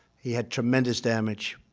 he had tremendous damage,